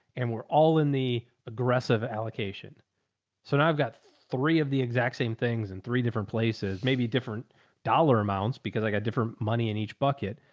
and we're all in the aggressive allocation. so now i've got three of the exact same things in three different places, maybe different dollar amounts because i got different money in each bucket,